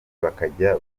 bakajya